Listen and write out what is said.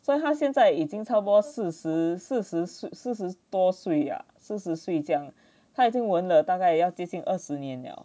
所以他现在已经超过四十四十岁四十多岁啊四十岁这样他已经纹了大概也要接近二十年了